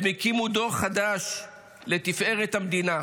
הם הקימו דור חדש לתפארת המדינה.